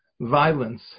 Violence